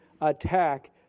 attack